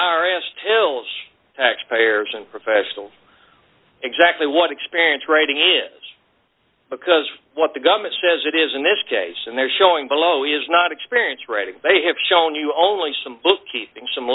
are asked tells taxpayers and professionals exactly what experience rating is because what the government says it is in this case and their showing below is not experience writing they have shown you only some bookkeeping some